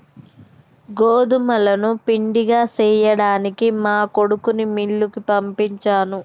గోదుములను పిండిగా సేయ్యడానికి మా కొడుకుని మిల్లుకి పంపించాను